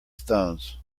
stones